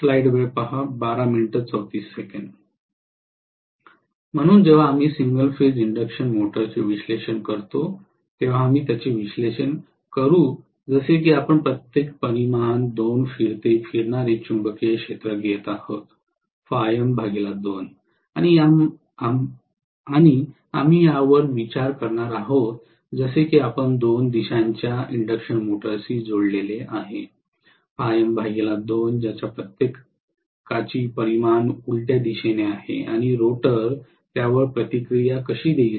म्हणून जेव्हा आम्ही सिंगल फेज इंडक्शन मोटरचे विश्लेषण करतो तेव्हा आम्ही त्याचे विश्लेषण करू जसे की आपण प्रत्येक परिमाण दोन फिरते फिरणारे चुंबकीय क्षेत्र घेत आहोत आणि आम्ही यावर विचार करणार आहोत जसे की आपण दोन दिशांच्या इंडक्शन मोटर्सशी जोडले आहे ज्याच्या प्रत्येकाची परिमाण उलट्या दिशेने आहे आणि रोटर त्यावर प्रतिक्रिया कशी देईल